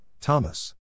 Thomas